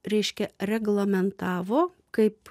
reiškia reglamentavo kaip